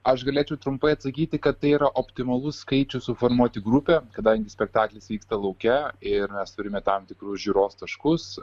aš galėčiau trumpai atsakyti kad tai yra optimalus skaičius suformuoti grupę kadangi spektaklis vyksta lauke ir mes turime tam tikrus žiūros taškus